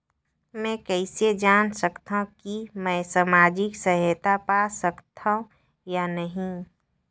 मै कइसे जान सकथव कि मैं समाजिक सहायता पा सकथव या नहीं?